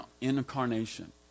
incarnation